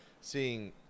seeing